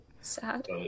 sad